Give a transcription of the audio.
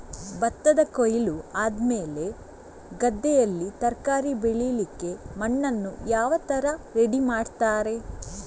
ಭತ್ತದ ಕೊಯ್ಲು ಆದಮೇಲೆ ಗದ್ದೆಯಲ್ಲಿ ತರಕಾರಿ ಬೆಳಿಲಿಕ್ಕೆ ಮಣ್ಣನ್ನು ಯಾವ ತರ ರೆಡಿ ಮಾಡ್ತಾರೆ?